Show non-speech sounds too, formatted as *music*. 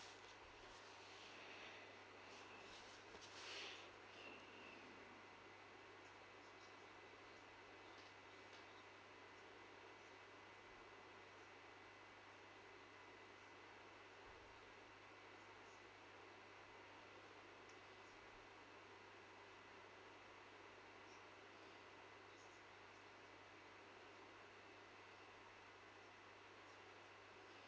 *breath* *breath*